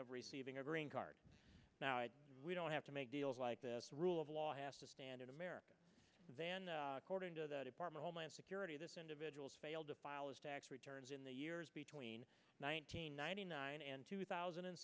of receiving a green card we don't have to make deals like this rule of law has to stand in america then according to the department homeland security this individual's failed to file his tax returns in the years between nine hundred ninety nine and two thousand and